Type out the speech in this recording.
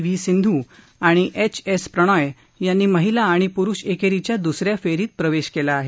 V Sindhu आणि H S Prannoy यांनी महिला आणि पुरूष एकेरीच्या दुसऱ्या फेरीत प्रवेश केला आहे